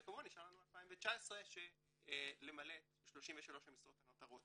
וכמובן נשאר לנו 2019 למלא את 33 המשרות הנותרות.